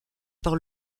par